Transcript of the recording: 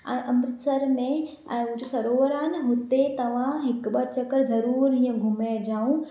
ऐं अमृतसर में ऐं उहो जो सरोवर आहे न हुते तव्हां हिकु ॿ चकर ज़रूरु हीअं घुमे जाऊं